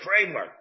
framework